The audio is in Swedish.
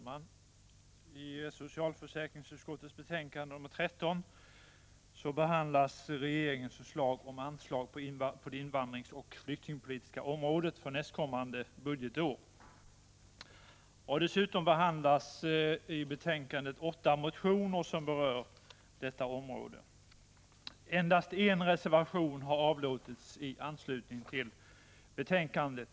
Fru talman! I socialförsäkringsutskottets betänkande 13 behandlas regeringens förslag om anslag på det invandringsoch flyktingpolitiska området för nästkommande budgetår. Dessutom behandlas åtta motioner som berör detta område. Endast en reservation har avlåtits i anslutning till betänkandet.